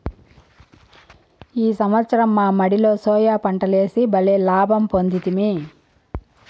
ఈ సంవత్సరం మా మడిలో సోయా పంటలేసి బల్లే లాభ పొందితిమి